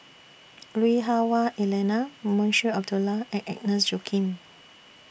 Lui Hah Wah Elena Munshi Abdullah and Agnes Joaquim